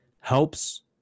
helps